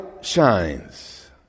shines